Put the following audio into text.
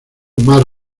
más